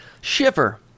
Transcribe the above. Shiver